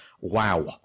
wow